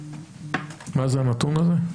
מה זה הנתון הזה?